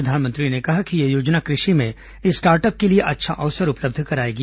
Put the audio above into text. प्रधानमंत्री ने कहा कि यह योजना कृषि में स्टार्टअप के लिए अच्छा अवसर उपलब्ध कराएगी